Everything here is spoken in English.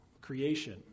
creation